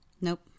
Nope